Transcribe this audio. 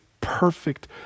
perfect